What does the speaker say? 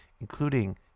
including